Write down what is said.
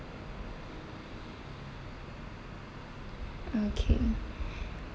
okay